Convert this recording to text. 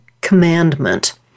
commandment